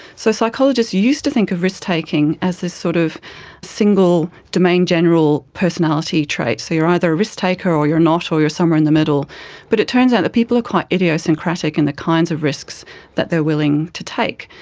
so psychologists used to think of risk-taking as this sort of single, domain-general personality trait. so you are either a risk taker or you're not or you're somewhere in the middle but it turns out that people are quite idiosyncratic in the kinds of risks that they are willing to take.